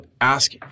ask